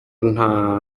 nta